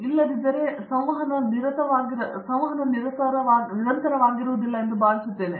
ಇಲ್ಲವಾದರೆ ಅದರ ಮೇಲೆ ಸಂವಹನವು ನಿರಂತರವಾಗಿರಬೇಕು ಎಂದು ನಾನು ಭಾವಿಸುತ್ತೇನೆ